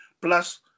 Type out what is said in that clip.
plus